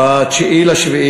ב-9 ביולי,